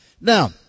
Now